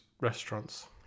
restaurants